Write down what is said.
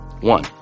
One